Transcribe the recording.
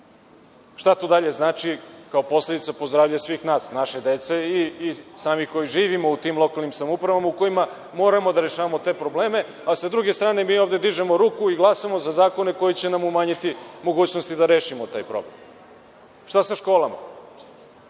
Šta to dalje znači? Posledica po zdravlje svih nas, naše dece i nas samih koji živimo u tim lokalnim samoupravama u kojima moramo da rešavamo te probleme. Sa druge strane, mi ovde dižemo ruku i glasamo za zakone koji će nam umanjiti mogućnosti da rešimo taj problem. Šta sa školama?